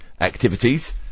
activities